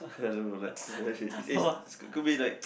I don't know like it it could be like